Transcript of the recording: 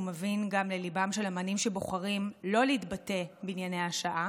ומבין גם לליבם של אומנים שבוחרים לא להתבטא בענייני השעה